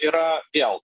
yra vėl